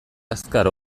azkar